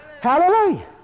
Hallelujah